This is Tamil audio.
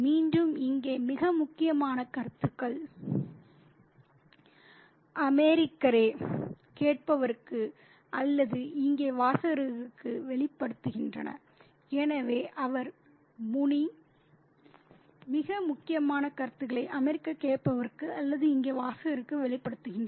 மீண்டும் இங்கே மிக முக்கியமான கருத்துக்கள் அமெரிக்கரே கேட்பவருக்கு அல்லது இங்கே வாசகருக்கு வெளிப்படுத்துகின்றன